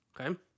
okay